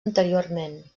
anteriorment